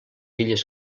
illes